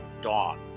dawn